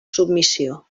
submissió